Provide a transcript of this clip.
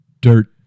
Dirt